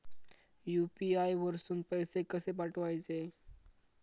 UPI वरसून पैसे कसे पाठवचे?